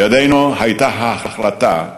בידינו הייתה ההחלטה,